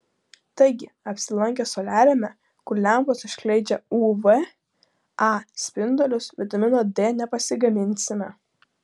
taigi apsilankę soliariume kur lempos skleidžia uv a spindulius vitamino d nepasigaminsime